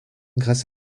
grâce